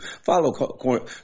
follow